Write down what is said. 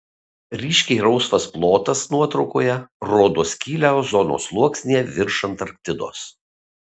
ryškiai rausvas plotas nuotraukoje rodo skylę ozono sluoksnyje virš antarktidos